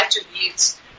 attributes